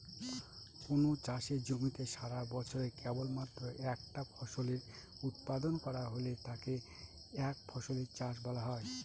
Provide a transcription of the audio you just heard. কোনো চাষের জমিতে সারাবছরে কেবলমাত্র একটা ফসলের উৎপাদন করা হলে তাকে একফসলি চাষ বলা হয়